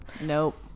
nope